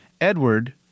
Edward